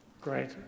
Great